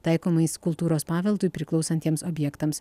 taikomais kultūros paveldui priklausantiems objektams